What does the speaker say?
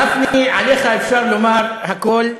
גפני, עליך אפשר לומר הכול.